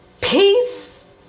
peace